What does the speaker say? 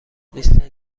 لیست